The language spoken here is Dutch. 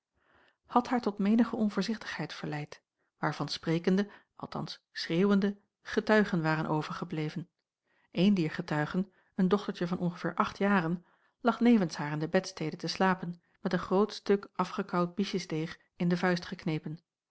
had haar tot menige onvoorzichtigheid verleid waarvan sprekende althans schreeuwende getuigen waren overgebleven een dier getuigen een dochtertje van ongeveer acht jaren lag nevens haar in de bedstede te slapen met een groot stuk afgekaauwd biesjesdeeg in de vuist geknepen